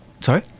Sorry